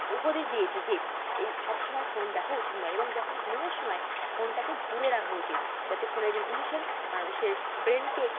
উপদেশ দিয়েছি যে এই সবসময় ফোন দেখা উচিত নয় এবং যখন ঘুমোনোর সময় ফোনটাকে দূরে রাখা উচিত যাতে ফোনের রেগুলেশন মানুষের ব্রেনকে